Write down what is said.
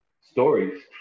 stories